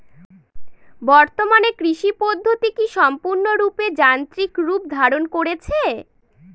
বর্তমানে কৃষি পদ্ধতি কি সম্পূর্ণরূপে যান্ত্রিক রূপ ধারণ করেছে?